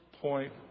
point